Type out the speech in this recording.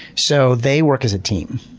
so they work as a team.